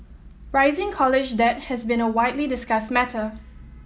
rising college debt has been a widely discussed matter